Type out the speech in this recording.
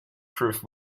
proof